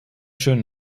schön